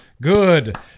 good